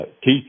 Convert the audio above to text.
teeth